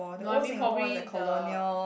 no I mean probably the